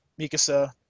Mikasa